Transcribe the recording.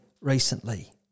recently